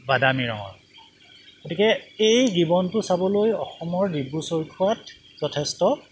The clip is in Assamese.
বাদামী ৰঙৰ গতিকে এই গিবনটো চাবলৈ অসমৰ ডিব্ৰু চৈখোৱাত যথেষ্ট